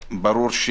וברור,